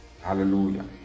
Hallelujah